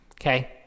okay